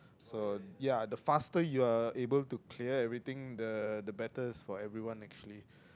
so ya the faster you are able to clear everything the the better is for everyone actually